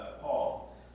Paul